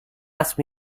ask